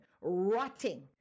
rotting